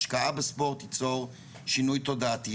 השקעה בספורט תיצור שינוי תודעתי.